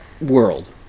world